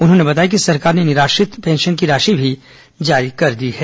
उन्होंने बताया कि सरकार ने निराश्रित पेंशन की राशि भी जारी कर दी है